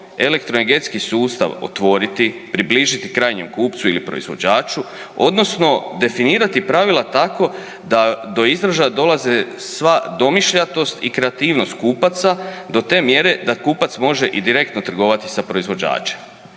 elektroenergetski sustav otvoriti, približiti krajnjem kupcu ili proizvođaču odnosno definirati pravila tako da do izražaja dolaze sva domišljatost i kreativnost kupaca do te mjere da kupac može i direktno trgovati sa proizvođačem.